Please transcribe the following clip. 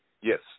Yes